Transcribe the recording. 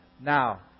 now